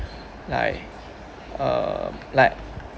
like uh like